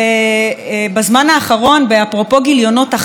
אפרופו גיליונות החג וראש השנה,